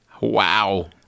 Wow